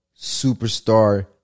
superstar